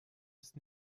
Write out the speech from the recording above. ist